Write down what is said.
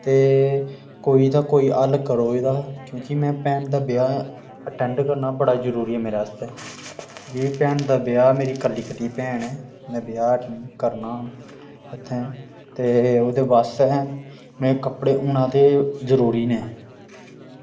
ते कोई ना कोई हल्ल करो एह्दा क्युंकि में भैन दा ब्याह् अटैंड करना बड़ा जरूरी ऐ मेरे आस्तै कि भैन दा ब्याह् मेरी कल्ली कल्ली भैन ऐ ते में ब्याह् करना उत्थैं ते ओह्दे वास्तै में कपड़े होना ते जरूरी न